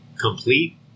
complete